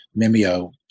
mimeo